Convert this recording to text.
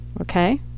okay